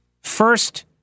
First